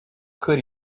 could